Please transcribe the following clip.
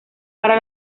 para